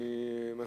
אדוני מסכים?